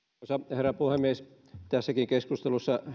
herra puhemies tässäkin keskustelussa